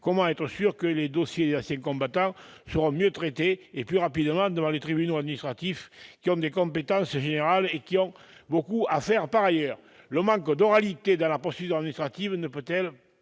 comment être sûr que les dossiers des anciens combattants seront mieux traités, et plus rapidement, devant les tribunaux administratifs, qui ont des compétences générales et qui ont beaucoup à faire par ailleurs ? En outre, le manque d'oralité dans la procédure administrative ne risque-t-il pas